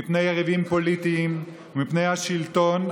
מפני יריבים פוליטיים ומפני השלטון,